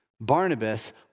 Barnabas